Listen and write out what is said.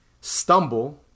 stumble